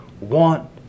want